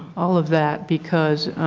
all of that. because